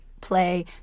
play